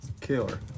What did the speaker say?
Killer